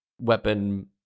weapon